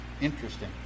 Interesting